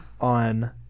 on